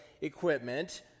equipment